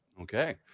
Okay